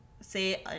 say